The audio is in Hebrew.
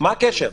מה הקשר?